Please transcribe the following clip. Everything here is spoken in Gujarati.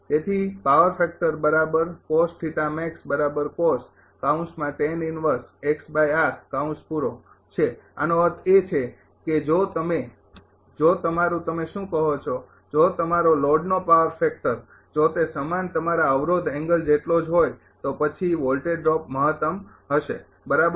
તેથી પાવર ફેક્ટર બરાબર છે આનો અર્થ એ છે કે જો તમે જો તમારું તમે શું કહો છો જો તમારો લોડનો પાવર ફેક્ટર જો તે સમાન તમારા અવરોધ એંગલ જેટલો જ હોય તો પછી વોલ્ટેજ ડ્રોપ મહત્તમ હશે બરાબર